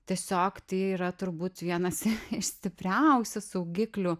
tiesiog tai yra turbūt vienas iš stipriausių saugiklių